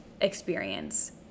experience